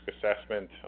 assessment